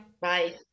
bye